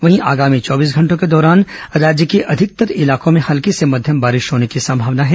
वहीं आगामी चौबीस घंटों के दौरान राज्य के अधिकतर इलाकों में हल्की से मध्यम बारिश होने की संभावना है